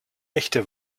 echte